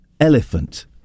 Elephant